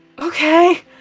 Okay